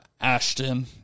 Ashton